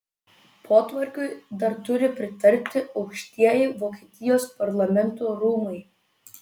potvarkiui dar turi pritarti aukštieji vokietijos parlamento rūmai